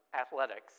athletics